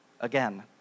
again